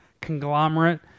conglomerate